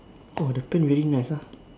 oh the paint very nice ah